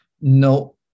No